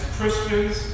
Christians